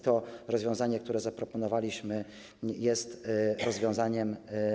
To rozwiązanie, które zaproponowaliśmy, jest lepszym rozwiązaniem.